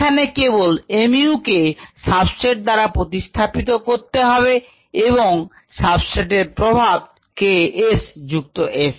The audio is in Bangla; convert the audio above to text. এখানে কেবল mu কে সাবস্ট্রেট দ্বারা প্রতিস্থাপিত করতে হবে এবং সাবস্ট্রেট এর প্রভাব K s যুক্ত S